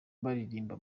baririmba